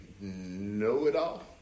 know-it-all